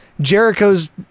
Jericho's